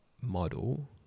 model